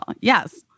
Yes